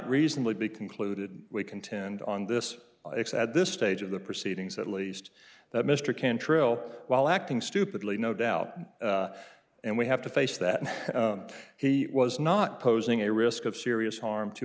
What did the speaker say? reasonably be concluded we contend on this x at this stage of the proceedings at least that mr cantrill while acting stupidly no doubt and we have to face that he was not posing a risk of serious harm to